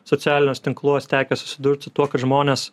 socialiniuos tinkluos tekę susidurt su tuo kad žmonės